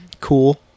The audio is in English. Cool